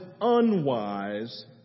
unwise